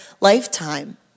lifetime